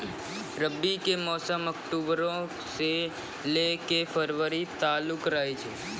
रबी के मौसम अक्टूबरो से लै के फरवरी तालुक रहै छै